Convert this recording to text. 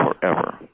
forever